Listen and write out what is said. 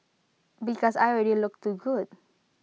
because I already look too good